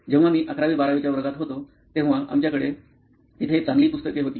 जेव्हा मी अकरावी बारावीच्या वर्गात होतो तेव्हा आमच्याकडे तिथे चांगली पुस्तके होती